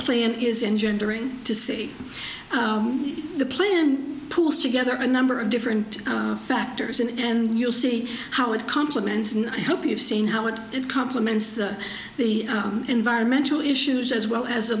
plan is engendering to see the plan pulls together a number of different factors in and you'll see how it complements and i hope you've seen how it compliments that the environmental issues as well as a